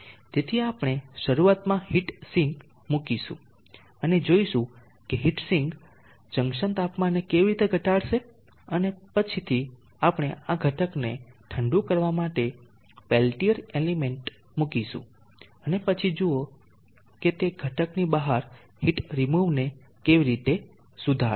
તેથી આપણે શરૂઆતમાં હીટ સિંક મૂકીશું અને જોશું કે હીટ સિંક જંકશન તાપમાનને કેવી રીતે ઘટાડશે અને પછીથી આપણે આ ઘટકને ઠંડુ કરવા માટે પેલ્ટીઅર એલિમેન્ટ મૂકીશું અને પછી જુઓ કે તે ઘટકની બહાર હીટ રીમુવ ને કેવી રીતે સુધારશે